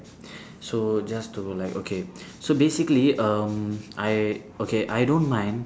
so just to like okay so basically um I okay I don't mind